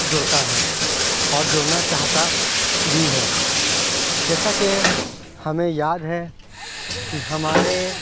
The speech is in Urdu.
جڑتا ہے اور جڑنا چاہتا بھی ہے جیسا کہ ہمیں یاد ہے کہ ہمارے